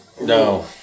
no